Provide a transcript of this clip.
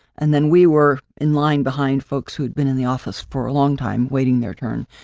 and then, we were in line behind folks who had been in the office for a long time waiting their turn.